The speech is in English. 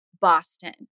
Boston